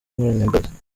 nkoranyambaga